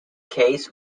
case